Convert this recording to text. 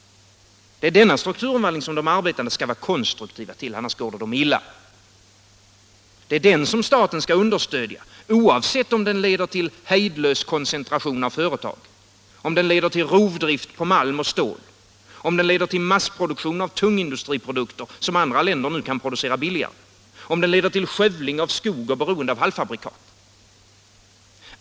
Det är denna strukturomvandling som de arbetande skall vara konstruktivt inställda till, annars går det dem illa. Den skall staten understödja, oavsett om den leder till hejdlös koncentration av företag, rovdrift på malm och stål, massproduktion av tungindustriprodukter som andra länder nu kan producera billigare, skövling av skog och beroende av halvfabrikat.